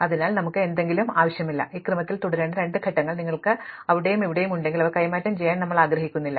അതിനാൽ ഞങ്ങൾക്ക് എന്തെങ്കിലും ആവശ്യമില്ല ഈ ക്രമത്തിൽ തുടരേണ്ട രണ്ട് ഘടകങ്ങൾ നിങ്ങൾക്ക് ഇവിടെയും ഇവിടെയും ഉണ്ടെങ്കിൽ അവ കൈമാറ്റം ചെയ്യാൻ ഞങ്ങൾ ആഗ്രഹിക്കുന്നില്ല